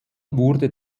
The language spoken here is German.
wurde